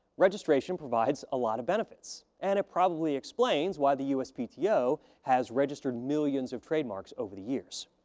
registration provides a lot of benefits. and it probably explains why the uspto you know has registered millions of trademarks over the years.